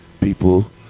people